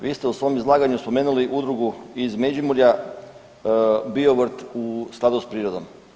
Vi ste u svom izlaganju spomenuli udrugu iz Međimurja Biovrt u skladu s prirodom.